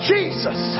Jesus